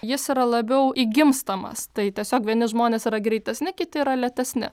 jis yra labiau įgimstamas tai tiesiog vieni žmonės yra greitesni kiti yra lėtesni